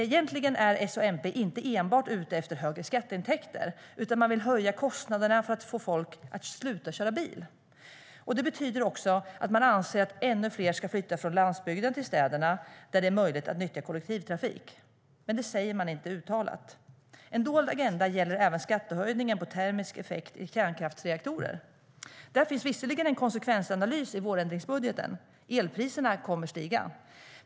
Egentligen är S och MP inte enbart ute efter högre skatteintäkter, utan man vill höja kostnaderna för att få folk att sluta köra bil. Det betyder också att man anser att ännu fler ska flytta från landsbygden till städerna, där det är möjligt att nyttja kollektivtrafik. Men det är inte något man uttalar. En dold agenda gäller även skattehöjningen på termisk effekt i kärnkraftsreaktorer. Där finns visserligen en konsekvensanalys i vårändringsbudgeten: Elpriserna kommer att stiga.